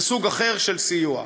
וזה סוג אחר של סיוע.